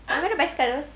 I bought a bicycle